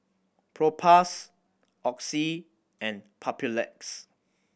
Propass Oxy and Papulex